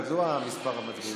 גדל מספר המצביעים.